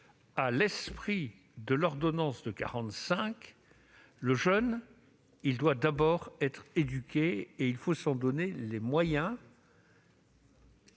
à l'esprit de l'ordonnance de 1945 : le jeune doit d'abord être éduqué. Il faut s'en donner les moyens,